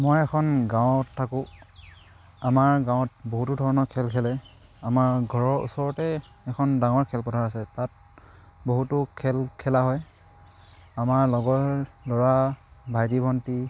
মই এখন গাঁৱত থাকোঁ আমাৰ গাঁৱত বহুতো ধৰণৰ খেল খেলে আমাৰ ঘৰৰ ওচৰতে এখন ডাঙৰ খেলপথাৰ আছে তাত বহুতো খেল খেলা হয় আমাৰ লগৰ ল'ৰা ভাইটি ভণ্টি